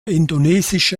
indonesische